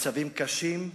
מצבים קשים.